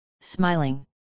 smiling